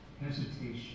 hesitation